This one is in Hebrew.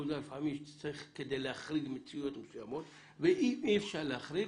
לפעמים צריך להחריג מציאויות מסוימות ואם אי אפשר להחריג,